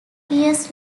years